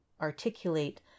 articulate